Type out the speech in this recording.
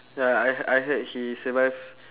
ya I I heard he survive